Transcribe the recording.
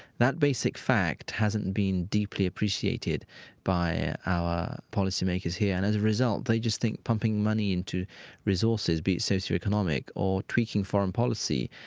that basic fact hasn't been deeply appreciated by our policy makers here. and as a result, they just think pumping money into resources, be it socio-economic or tweaking foreign policy,